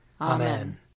Amen